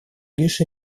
лишь